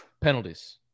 Penalties